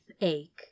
ache